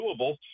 doable